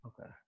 Okay